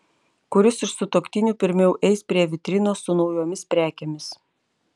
kuris iš sutuoktinių pirmiau eis prie vitrinos su naujomis prekėmis